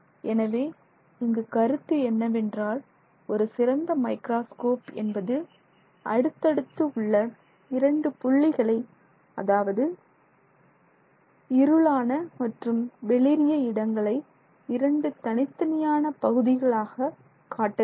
எனவே இங்கு கருத்து என்னவென்றால் ஒரு சிறந்த மைக்ராஸ்கோப் என்பது அடுத்தடுத்து உள்ள இரண்டு புள்ளிகளை அதாவது இருளான மற்றும் வெளிறிய இடங்களை இரண்டு தனித்தனியான பகுதிகளாக காட்ட வேண்டும்